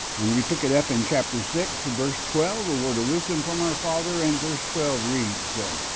and we pick it up in chapter six verse twelve, a word of wisdom from our father, and verse twelve reads, um